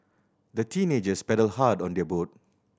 the teenagers paddled hard on their boat